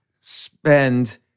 spend